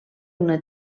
una